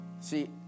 See